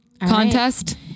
Contest